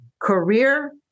career